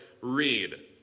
read